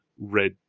red